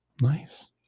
Nice